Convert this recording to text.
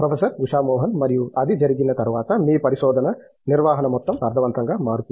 professor Usha Mohan మరియు అది జరిగిన తర్వాత మీ పరిశోధన నిర్వహణ మొత్తం అర్థవంతంగా మారుతుంది